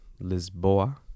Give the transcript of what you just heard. lisboa